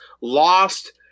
Lost